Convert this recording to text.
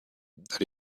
that